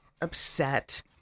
upset